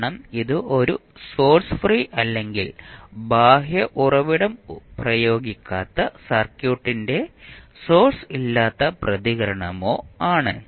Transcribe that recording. കാരണം ഇത് ഒരു സോഴ്സ് ഫ്രീ അല്ലെങ്കിൽ ബാഹ്യ ഉറവിടം പ്രയോഗിക്കാത്ത സർക്യൂട്ടിന്റെ സോഴ്സ് ഇല്ലാത്ത പ്രതികരണമോ ആണ്